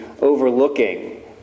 overlooking